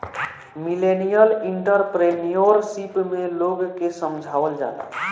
millennial entrepreneurship में लोग के समझावल जाला